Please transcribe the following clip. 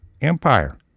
empire